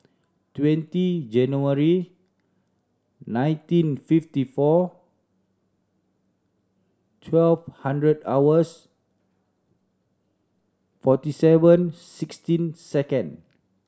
twenty January nineteen fifty four twelve hundred hours forty seven sixteen second